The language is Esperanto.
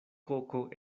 koko